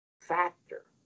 factor